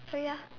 so ya